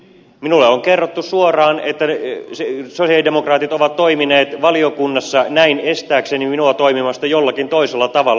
minulle on kerrottu suoraan että sosialidemokraatit ovat toimineet valiokunnassa näin estääkseen minua toimimasta jollakin toisella tavalla